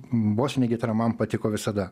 bosinė gitara man patiko visada